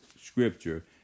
scripture